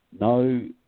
no